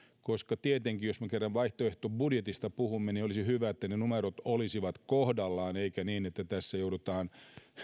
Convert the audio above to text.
koska tietenkin jos me kerran vaihtoehtobudjetista puhumme olisi hyvä että ne numerot olisivat kohdallaan eikä niin että tässä joudutaan